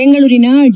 ಬೆಂಗಳೂರಿನ ಡಿ